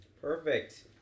perfect